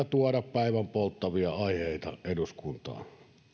tuoda päivänpolttavia aiheita eduskuntaan